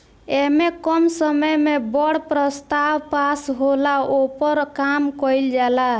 ऐमे कम समय मे बड़ प्रस्ताव पास होला, ओपर काम कइल जाला